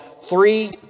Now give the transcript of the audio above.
three